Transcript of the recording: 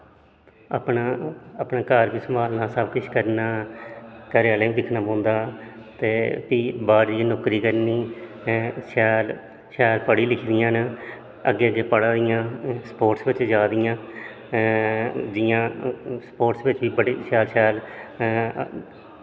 अपना घर बी संभालना सब किश करना घरै आहले गी बी दिक्खना पौंदा ते फ्ही बाह्र जाइयै नौकरी करनी हैं शैल शैल पढ़ी लिखी दियां न अग्गें अग्गें पढ़ा दियां स्पोर्टस बिच्च जा दियां जियां स्पोर्टस बिच्च बी बड़ी शैल शैल